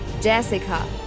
Jessica